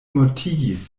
mortigis